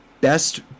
best